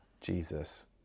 Jesus